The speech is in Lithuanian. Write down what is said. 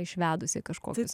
išvedusi kažkokius